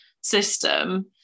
system